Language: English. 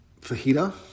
fajita